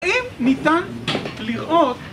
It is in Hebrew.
אם ניתן לראות...